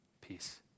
Peace